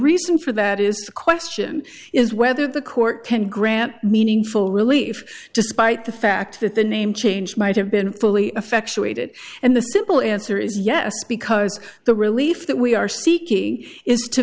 reason for that is the question is whether the court can grant meaningful relief despite the fact that the name change might have been fully effectuated and the simple answer is yes because the relief that we are seeking